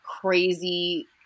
crazy